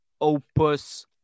opus